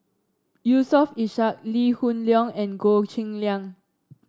Yusof Ishak Lee Hoon Leong and Goh Cheng Liang